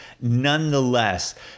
nonetheless